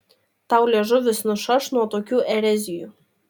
tau liežuvis nušaš nuo tokių erezijų